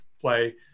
play